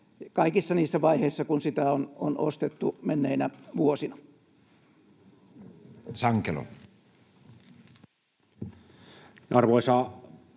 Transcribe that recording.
kaikissa niissä vaiheissa, joissa sitä on ostettu menneinä vuosina. Edustaja Sankelo. Arvoisa puhemies!